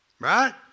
Right